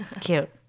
Cute